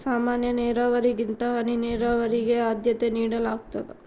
ಸಾಮಾನ್ಯ ನೇರಾವರಿಗಿಂತ ಹನಿ ನೇರಾವರಿಗೆ ಆದ್ಯತೆ ನೇಡಲಾಗ್ತದ